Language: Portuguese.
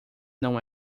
não